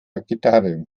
gitarre